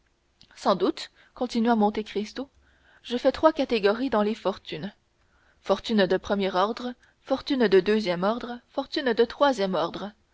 sans doute continua monte cristo je fais trois catégories dans les fortunes fortune de premier ordre fortune de deuxième ordre fortune de troisième ordre